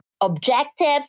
objectives